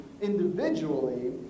individually